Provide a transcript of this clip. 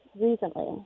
recently